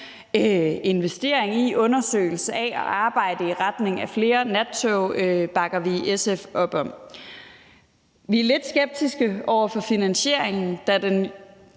investering i undersøgelser af og arbejde i retning af flere nattog bakker vi i SF op om. Vi er lidt skeptiske med hensyn til finansieringen, da den